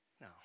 no